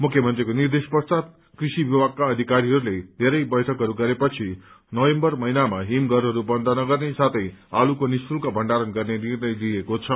मुख्यमन्त्रीको निर्देश पश्वात कृषि विभागका अधिकारीहरूले धेरै वैठकहरू गरे पछि नवम्बर महिनामा हिम घरहरू बन्द नगर्ने साथै आलूको निःशुल्क भण्डारण गर्ने निर्णय लिइएको छ